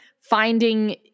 finding